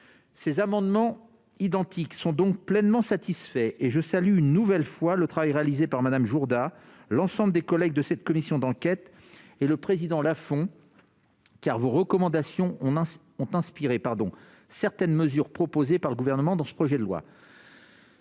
Ces amendements identiques sont donc pleinement satisfaits. Je salue une nouvelle fois le travail réalisé par Mme Gisèle Jourda, l'ensemble des collègues de cette commission d'enquête et le président Lafon, car leurs recommandations ont inspiré certaines mesures proposées par le Gouvernement dans ce projet de loi.